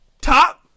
top